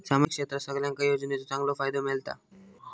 सामाजिक क्षेत्रात सगल्यांका योजनाचो फायदो मेलता?